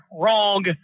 wrong